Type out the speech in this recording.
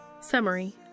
Summary